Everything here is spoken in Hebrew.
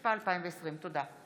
התשפ"א 2020. תודה.